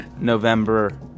november